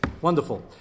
wonderful